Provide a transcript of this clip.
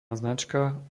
značka